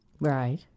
right